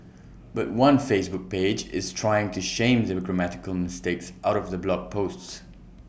but one Facebook page is trying to shame the grammatical mistakes out of the blog posts